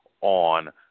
on